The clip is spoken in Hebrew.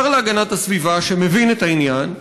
השר להגנת הסביבה, שמבין את העניין,